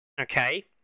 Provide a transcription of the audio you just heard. Okay